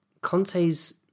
Conte's